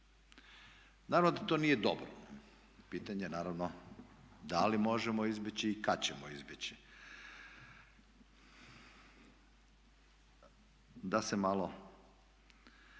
Naravno da to nije dobro, pitanje je naravno da li možemo izbjeći i kada ćemo izbjeći da se malo